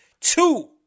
two